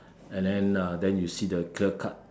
and then uh then you see the clear cut